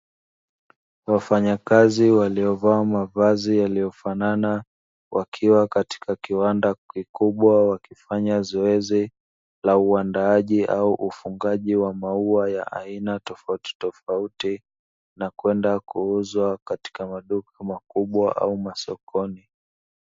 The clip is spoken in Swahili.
Wafanyakazi waliovaa mavazi yaliyofanana, wakiwa katika kiwanda kikubwa wakifanya zoezi la uandaji au ufugaji wa maua ya aina tofauti tofauti, na kwenda kuuzwa katika maduka makubwa au masokoni.